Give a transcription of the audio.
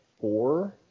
four